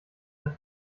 der